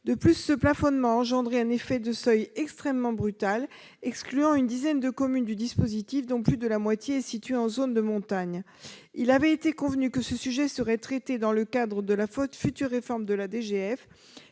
En outre, ce plafonnement a engendré un effet de seuil extrêmement brutal, excluant une dizaine de communes du dispositif, dont plus de la moitié sont situées en zone de montagne. Il avait été convenu que ce sujet serait traité dans le cadre de la future réforme de la DGF